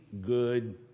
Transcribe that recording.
good